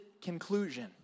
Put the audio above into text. conclusion